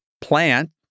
plant